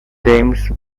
james